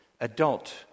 adult